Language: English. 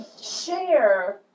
share